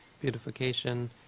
beautification